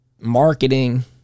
marketing